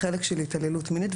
החלק של התעללות מינית,